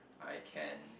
I can